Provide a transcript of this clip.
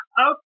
okay